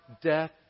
Death